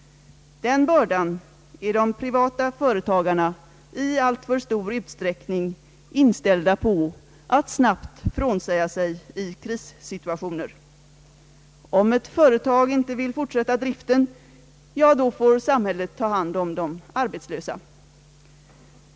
Den bördan är de privata företagarna i alltför stor utsträckning inställda på att snabbt frånsäga sig i krissituationer. Om ett företag inte vill fortsätta driften, ja, då får samhället ta hand om de arbetslösa.